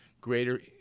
greater